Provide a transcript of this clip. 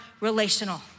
relational